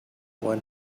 when